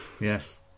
Yes